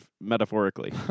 metaphorically